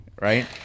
right